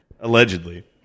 Allegedly